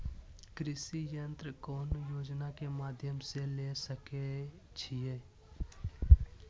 कृषि यंत्र कौन योजना के माध्यम से ले सकैछिए?